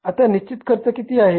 आता निश्चित खर्च किती आहे